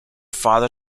father